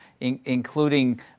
including